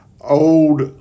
old